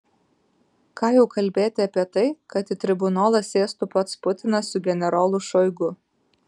ką jau kalbėti apie tai kad į tribunolą sėstų pats putinas su generolu šoigu